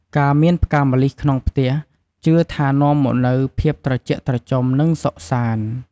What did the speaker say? ការមានផ្កាម្លិះក្នុងផ្ទះ ជឿថានាំមកនូវភាពត្រជាក់ត្រជុំ និងសុខសាន្ត។